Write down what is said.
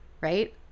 right